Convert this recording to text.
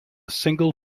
single